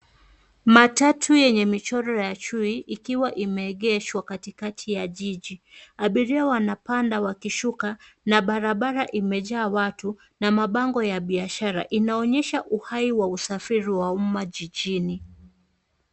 Matatu yenye michoro ya chui, ikiwa imeegeshwa katikati ya jiji. Abiria wanapanda wakishuka, na barabara imejaa watu na mabango ya biashara. Inaonyesha uhai wa usafiri wa uma jijini.